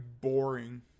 boring